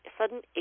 sudden